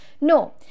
No